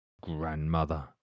grandmother